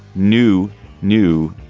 new new